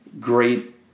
great